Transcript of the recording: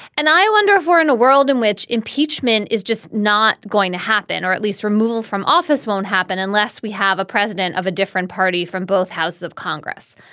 and i wonder if we're in a world in which impeachment is just not going to happen, or at least removal from office won't happen unless we have a president of a different party from both houses of congress.